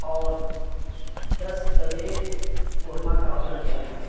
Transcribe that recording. اور دس پلیٹ قورمہ کا آڈر دیا تھا